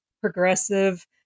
progressive